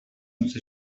نوش